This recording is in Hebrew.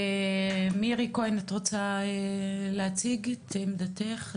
מירי כהן, את רוצה להציג את עמדתך?